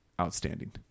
outstanding